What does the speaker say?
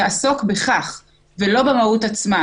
יעסוק בכך ולא במהות עצמה,